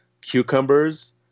cucumbers